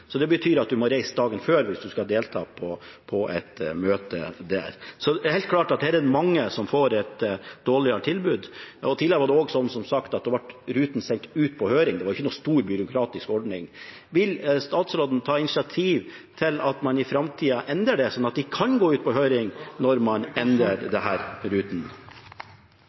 Det betyr at man må reise dagen før hvis man skal delta på et møte der. Det er helt klart at her er det mange som får et dårligere tilbud. Tidligere var det også sånn, som sagt, at rutene ble sendt ut på høring, og det var ingen stor byråkratisk ordning. Vil statsråden ta initiativ til at man i framtida endrer dette, slik at det kan gå ut på høring når man endrer disse rutene? Det